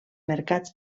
mercats